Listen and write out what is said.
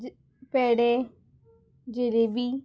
ज पेडे जलेबी